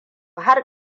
har